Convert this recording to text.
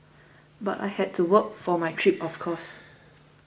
but I had to work for my trip of course